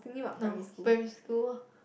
no primary school